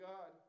God